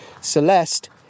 celeste